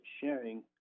sharing